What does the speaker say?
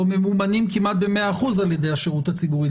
ממומנים כמעט במאה אחוזים על ידי השירות הציבורי,